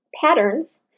patterns